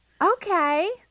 Okay